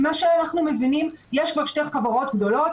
ממה שאנחנו מבינים יש כבר שתי חברות גדולות,